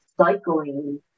cycling